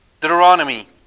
Deuteronomy